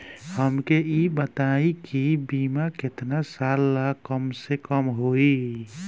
हमके ई बताई कि बीमा केतना साल ला कम से कम होई?